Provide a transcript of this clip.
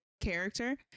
character